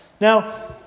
Now